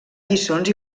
lliçons